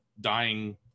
dying